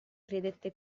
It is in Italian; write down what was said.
credette